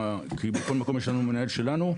- בכל מקום יש לנו מנהל שלנו.